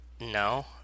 no